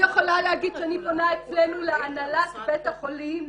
אני יכולה להגיד שאני פונה אצלנו להנהלת בית החולים,